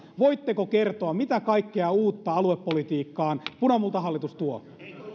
voitteko kertoa mitä kaikkea uutta aluepolitiikkaan punamultahallitus tuo